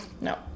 No